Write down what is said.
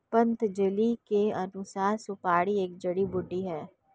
पतंजलि के अनुसार, सुपारी एक जड़ी बूटी है